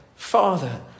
Father